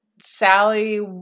Sally